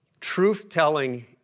Truth-telling